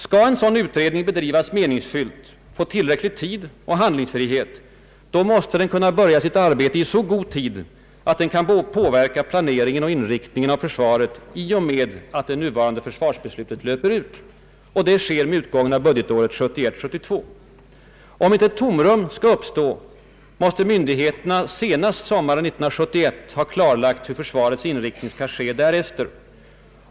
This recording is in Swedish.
Skall en sådan utredning bedrivas meningsfullt, få tillräcklig tid och handlingsfrihet, då måste den kunna börja sitt arbete i så god tid att den kan påverka planeringen och inriktningen av försvaret i och med att det nuvarande försvarsbeslutet löper ut. Detta sker med utgången av budgetåret 1971/72. Om inte ett tomrum skall uppstå, måste myndigheterna senast sommaren 1971 ha klarlagt försvarets inriktning därefter.